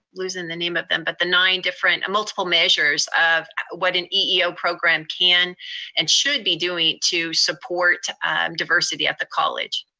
losing the name if them, but the nine different, multiple measures of what an eeo program can and should be doing to support diversity at the college.